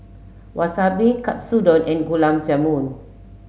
Wasabi Katsudon and Gulab Jamun